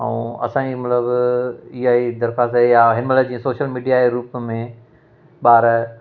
अऊं असां ई मतिलबु इहा ई दरख्वास्तु ई आहे हिनमहिल जीअं सोशल मीडिया जे रूप में ॿार